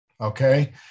okay